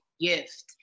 gift